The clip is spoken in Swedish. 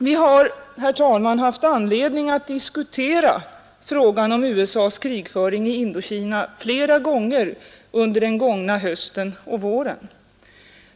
Vi har, herr talman, haft anledning att diskutera frågan om USA:s krigföring i Indokina flera gånger under den gångna hösten och våren.